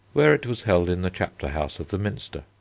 where it was held in the chapter house of the minster.